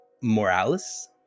Morales